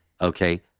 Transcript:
Okay